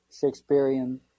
Shakespearean